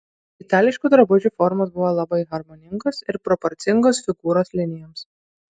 itališkų drabužių formos buvo labai harmoningos ir proporcingos figūros linijoms